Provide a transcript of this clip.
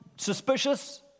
suspicious